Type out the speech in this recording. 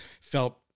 felt